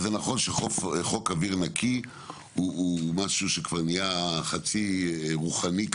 זה נכון שחוק אוויר נקי הוא משהו שכבר נהיה חצי רוחני,